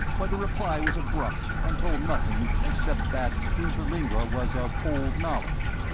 but the reply was abrupt and told nothing except that interlingua was of old knowledge.